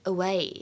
Away